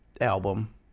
album